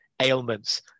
ailments